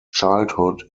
childhood